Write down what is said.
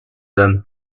hommes